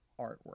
artwork